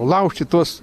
laušti tuos